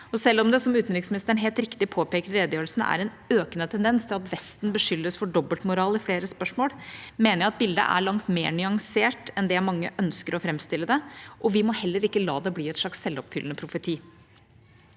Selv om det, som utenriksministeren helt riktig påpeker i redegjørelsen, er en økende tendens til at Vesten beskyldes for dobbeltmoral i flere spørsmål, mener jeg at bildet er langt mer nyansert enn det mange ønsker å framstille det, og vi må heller ikke la det bli en slags selvoppfyllende profeti.